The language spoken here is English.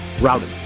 Routed